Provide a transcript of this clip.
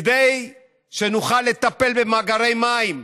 כדי שנוכל לטפל במאגרי מים.